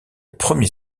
premier